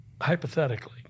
hypothetically